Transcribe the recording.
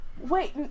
wait